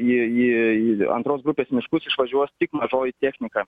į į į antros grupės miškus išvažiuos tik mažoji technika